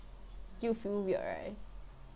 you feel weird right